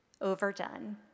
overdone